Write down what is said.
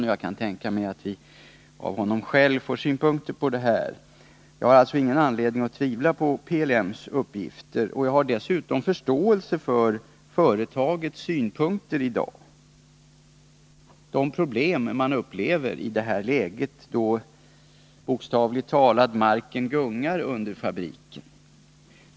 Jag kan därför tänka mig att vi av honom själv får synpunkter på detta. Men jag har som sagt ingen anledning att betvivla uppgifterna. Jag har dessutom förståelse för företagets synpunkter i dag när det gäller de problem som företaget upplever då, bokstavligt talat, marken gungar under fabriken.